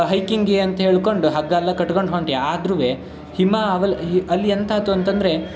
ಹೈಕಿಂಗಿಗೆ ಅಂತ ಹೇಳಿಕೊಂಡು ಹಗ್ಗ ಎಲ್ಲ ಕಟ್ಗಂಡು ಹೊಂಟ್ಯ ಆದ್ರೂ ಹಿಮ ಅಲ್ಲಿ ಎಂತಾಯ್ತು ಅಂತಂದರೆ